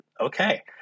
okay